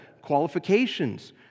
qualifications